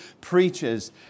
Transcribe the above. preaches